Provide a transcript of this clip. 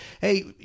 hey